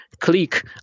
click